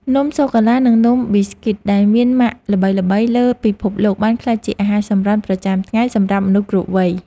នំសូកូឡានិងនំប៊ីស្គីតដែលមានម៉ាកល្បីៗលើពិភពលោកបានក្លាយជាអាហារសម្រន់ប្រចាំថ្ងៃសម្រាប់មនុស្សគ្រប់វ័យ។